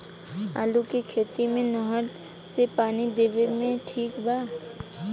आलू के खेती मे नहर से पानी देवे मे ठीक बा?